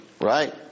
Right